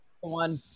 One